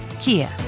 Kia